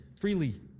freely